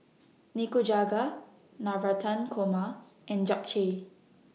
Nikujaga Navratan Korma and Japchae